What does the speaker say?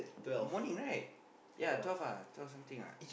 morning right yeah twelve ah twelve something what